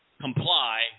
comply